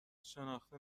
شناخته